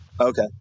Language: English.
Okay